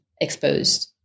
exposed